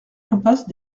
impasse